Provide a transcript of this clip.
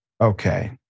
Okay